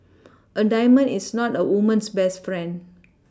a diamond is not a woman's best friend